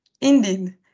Indeed